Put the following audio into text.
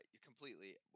Completely